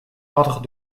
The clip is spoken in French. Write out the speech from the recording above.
ordre